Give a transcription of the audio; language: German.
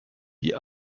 die